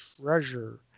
treasure